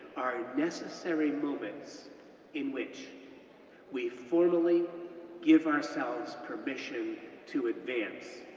are necessary moments in which we formally give ourselves permission to advance,